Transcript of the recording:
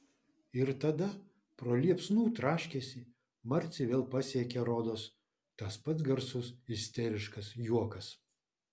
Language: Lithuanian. ir tada pro liepsnų traškesį marcį vėl pasiekė rodos tas pats garsus isteriškas juokas